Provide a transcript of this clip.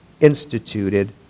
instituted